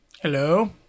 Hello